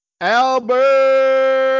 Albert